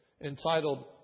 entitled